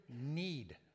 need